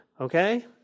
okay